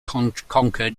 conquer